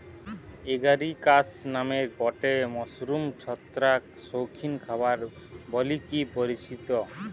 Agaricus নামের গটে mushroom ছত্রাক শৌখিন খাবার বলিকি পরিচিত